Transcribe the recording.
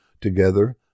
Together